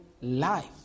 life